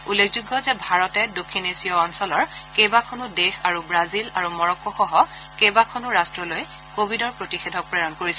উল্লেখযোগ্য যে ভাৰতে দক্ষিণ এছীয় অঞ্চলৰ কেইবাখনো দেশ আৰু ৱাজিল আৰু মৰক্কোসহ কেইবাখনো ৰাট্টলৈ কভিডৰ প্ৰতিষেধক প্ৰেৰণ কৰিছে